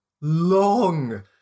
long